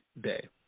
Day